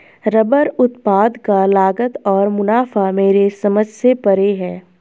rubber उत्पाद का लागत और मुनाफा मेरे समझ से परे है